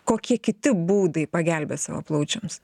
kokie kiti būdai pagelbėt savo plaučiams